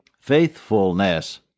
Faithfulness